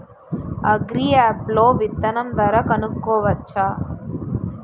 Agri app లో విత్తనం ధర కనుకోవచ్చా?